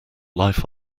life